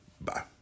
Bye